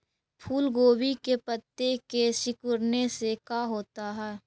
फूल गोभी के पत्ते के सिकुड़ने से का होता है?